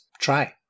try